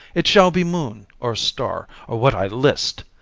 it shall be moon, or star, or what i list,